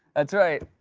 that's right.